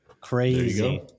crazy